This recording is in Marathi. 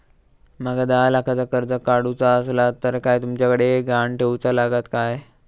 माका दहा लाखाचा कर्ज काढूचा असला तर काय तुमच्याकडे ग्हाण ठेवूचा लागात काय?